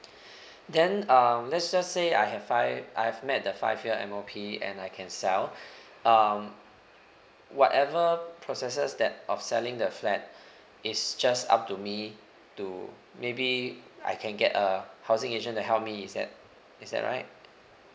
then um let's just say I have five I've met the five year M_O_P and I can sell um whatever processes that of selling the flat is just up to me to maybe I can get h housing agent help me is that is that right